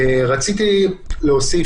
רציתי להוסיף,